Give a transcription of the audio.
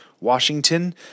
Washington